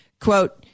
quote